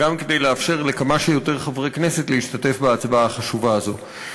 גם כדי לאפשר לכמה שיותר חברי כנסת להשתתף בהצבעה החשובה הזאת.